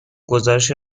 گزارش